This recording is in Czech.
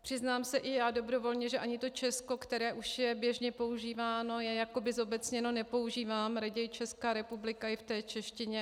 Přiznám se i já dobrovolně, že ani to Česko, které už je běžně používáno, je jakoby zobecněno, nepoužívám, raději Česká republika i v té češtině.